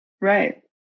Right